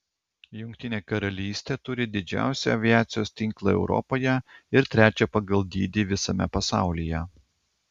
jungtinė karalystė turi didžiausią aviacijos tinklą europoje ir trečią pagal dydį visame pasaulyje